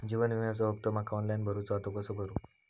जीवन विम्याचो हफ्तो माका ऑनलाइन भरूचो हा तो कसो भरू?